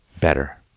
better